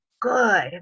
good